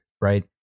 right